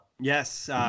Yes